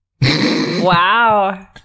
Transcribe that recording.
Wow